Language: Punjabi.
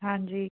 ਹਾਂਜੀ